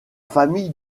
famille